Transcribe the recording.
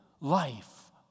life